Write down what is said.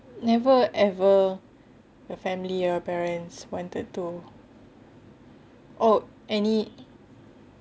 never ever your family or parents wanted to or any